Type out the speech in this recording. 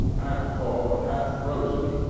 half thawed, half frozen,